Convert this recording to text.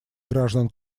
граждан